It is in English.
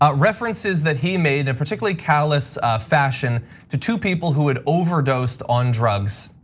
ah references that he made and particularly callous fashion to two people who had overdosed on drugs.